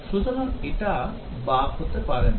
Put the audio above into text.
সুতরাং এটা বাগ হতে পারে না